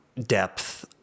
depth